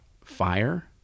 fire